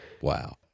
Wow